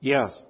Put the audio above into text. Yes